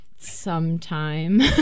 sometime